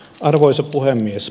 arvoisa puhemies